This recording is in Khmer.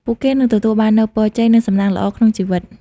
ពួកគេនឹងទទួលបាននូវពរជ័យ និងសំណាងល្អក្នុងជីវិត។